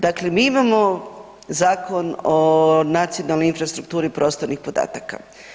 Dakle mi imamo Zakon o nacionalnoj infrastrukturi prostornih podataka.